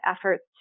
efforts